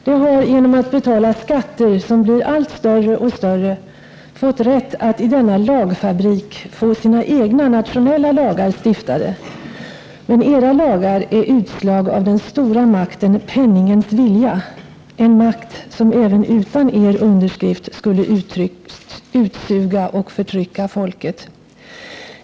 Det har genom att betala skatter, som blir allt större och större, fått rätt att i denna lagfabrik få sina egna nationella lagar stiftade men era lagar är utslag av den stora makten Penningens Vilja — en makt som även utan er underskrift skulle utsuga och förtrycka Folket.